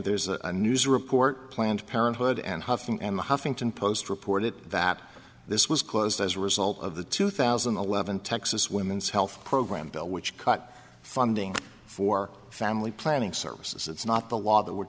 there's a news report planned parenthood and huff and the huffington post reported that this was caused as a result of the two thousand and eleven texas women's health program bill which cut funding for family planning services it's not the law that we're